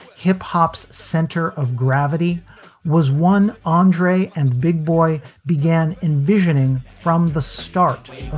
hip hop's center of gravity was one andre and big boy began envisioning from the start